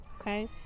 okay